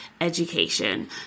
education